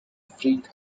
freak